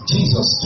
Jesus